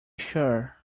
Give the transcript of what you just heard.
sure